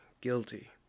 guilty